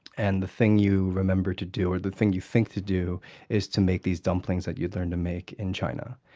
and the thing you remember to do, or the thing you think to do, is to make these dumplings that you'd learned to make in china.